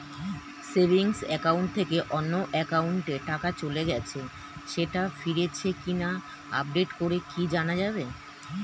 Savings account থেকে অন্য একাউন্টে টাকা চলে গেছে সেটা ফিরেছে কিনা আপডেট করে কি জানা যাবে?